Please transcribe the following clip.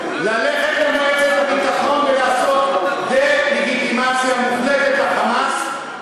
ללכת למועצת הביטחון ולעשות דה-לגיטימציה מוחלטת ל"חמאס",